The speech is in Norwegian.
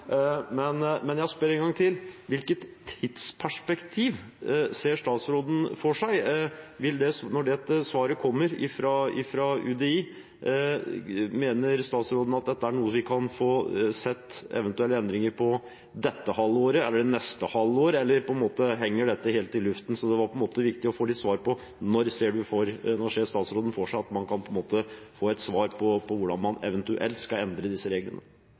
men jeg spør en gang til: Hvilket tidsperspektiv ser statsråden for seg? Når svaret kommer fra UDI, mener statsråden at dette er noe vi kan få sett eventuelle endringer på i dette halvåret, i neste halvår, eller henger dette helt i luften? Det er viktig å få svar på når statsråden ser for seg at man kan få et svar på hvordan man eventuelt skal endre disse reglene.